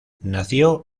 nació